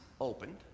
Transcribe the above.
opened